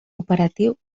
operatiu